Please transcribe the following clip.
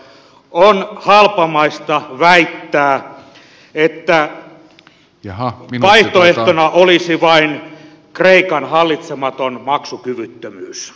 on halpamaista väittää että vaihtoehtona olisi vain kreikan hallitsematon maksukyvyttömyys